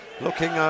looking